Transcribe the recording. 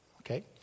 Okay